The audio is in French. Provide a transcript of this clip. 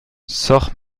sort